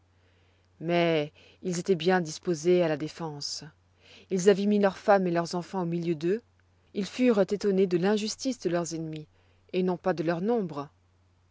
mais ils étoient bien disposés à la défense ils avoient mis leurs femmes et leurs enfants au milieu d'eux ils furent étonnés de l'injustice de leurs ennemis et non pas de leur nombre